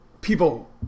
People